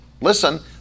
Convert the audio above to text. listen